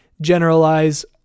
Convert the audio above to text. generalize